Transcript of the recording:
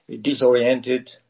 disoriented